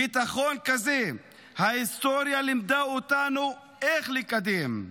ביטחון כזה, ההיסטוריה לימדה אותנו איך לקדם.